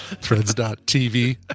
threads.tv